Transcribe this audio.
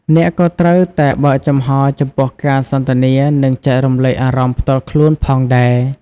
អ្នកក៏ត្រូវតែបើកចំហរចំពោះការសន្ទនានិងចែករំលែកអារម្មណ៍ផ្ទាល់ខ្លួនផងដែរ។